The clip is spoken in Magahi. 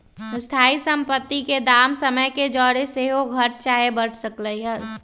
स्थाइ सम्पति के दाम समय के जौरे सेहो घट चाहे बढ़ सकइ छइ